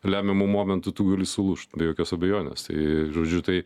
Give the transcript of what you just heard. lemiamu momentu tu gali sulūžt be jokios abejonės tai žodžiu tai